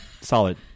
Solid